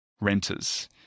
renters